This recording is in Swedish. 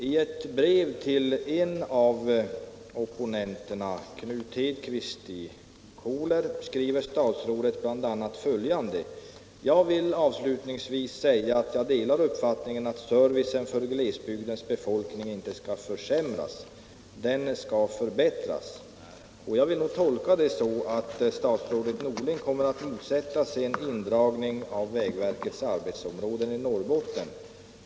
I ett brev till en av opponenterna, Knut Hedqvist i Koler, skriver statsrådet bl.a. följande: ”Jag vill avslutningsvis säga att jag delar uppfattningen att servicen för glesbygdens befolkning inte skall försämras. Den skall förbättras.” Jag vill tolka detta så att statsrådet Norling kommer att motsätta sig en indragning av vägverkets arbetsområden i Norrbotten.